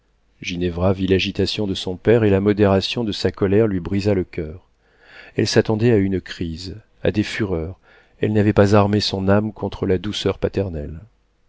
vit l'agitation de son père et la modération de sa colère lui brisa le coeur elle s'attendait à une crise à des fureurs elle n'avait pas armé son âme contre la douceur paternelle